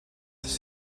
tas